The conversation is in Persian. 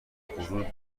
غرور